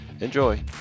Enjoy